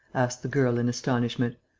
asked the girl, in astonishment.